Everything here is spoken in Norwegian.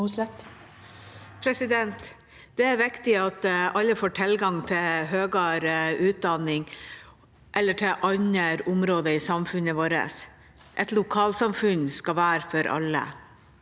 Det er viktig at alle får tilgang til høyere utdanning eller til andre områder i samfunnet vårt. Et lokalsamfunn skal være for alle.